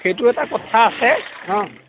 সেইটো এটা কথা আছে অঁ